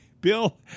Bill